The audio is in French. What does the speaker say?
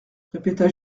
répéta